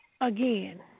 again